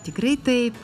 tikrai taip